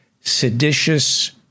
Seditious